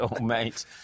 mate